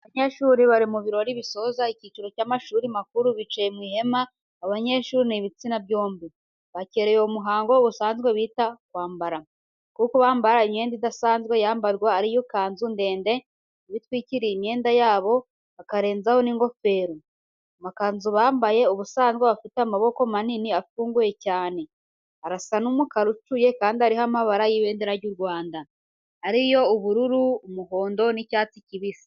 Abanyeshuri bari mu birori bisoza icyiciro cy'amashuri makuru. Bicaye mu ihema, abo banyeshuri b'ibitsina byombi, bakereye uwo muhango ubusanzwe bita "kwambara", kuko bambara imyenda idasanzwe yambarwa ari yo ikanzu ndende, iba itwikiriye imyenda yabo, bakarenzaho n'ingofero. Amakanzu bambaye, ubusanzwe aba afite amaboko manini afunguye cyane, arasa n'umukara ucuye kandi ariho amabara y'ibendera ry'u Rwanda, ariyo ubururu, umuhondo n'icyatsi kibisi.